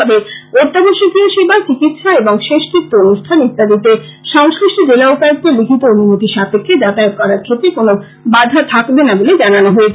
তবে অত্যাবশ্যকীয় সেবা চিকিৎসা এবং শেষকত্য অনুষ্ঠান ইত্যাদিতে সংশ্লিষ্ট জেলা উপায়ুক্তের লিখিত অনুমতি সাপেক্ষে যাতায়াত করার ক্ষেত্রে কোনো বাধা থাকবেনা বলে জানানো হয়েছে